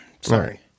Sorry